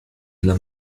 dla